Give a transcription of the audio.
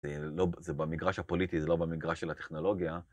זה במגרש הפוליטי, זה לא במגרש של הטכנולוגיה.